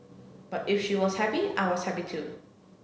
but if she was happy I was happy too